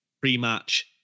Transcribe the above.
pre-match